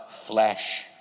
flesh